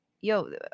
yo